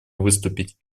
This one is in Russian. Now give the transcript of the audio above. выступить